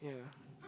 yeah